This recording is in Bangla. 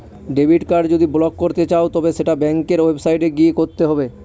ডেবিট কার্ড যদি ব্লক করতে চাও তবে সেটা ব্যাঙ্কের ওয়েবসাইটে গিয়ে করতে হবে